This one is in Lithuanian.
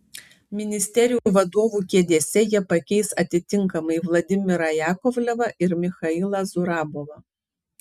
ministerijų vadovų kėdėse jie pakeis atitinkamai vladimirą jakovlevą ir michailą zurabovą